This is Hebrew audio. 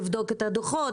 לבדוק את הדוחות,